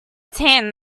tan